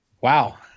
Wow